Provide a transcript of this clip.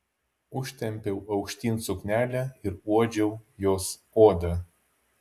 užtempiau aukštyn suknelę ir uodžiau jos odą